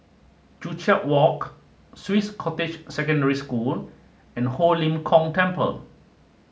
Joo Chiat Walk Swiss Cottage Secondary School and Ho Lim Kong Temple